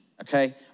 okay